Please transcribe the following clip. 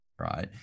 Right